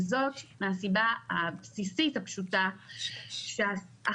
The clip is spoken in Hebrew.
וזאת מהסיבה הבסיסית הפשוטה שהאחריות,